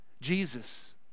Jesus